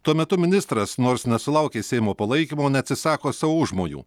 tuo metu ministras nors nesulaukė seimo palaikymo neatsisako savo užmojų